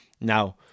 Now